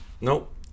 Nope